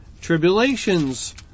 Tribulations